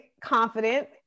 confident